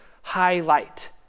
Highlight